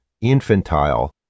infantile